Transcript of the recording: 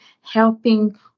helping